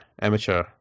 amateur